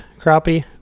crappie